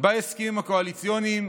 בהסכמים הקואליציוניים,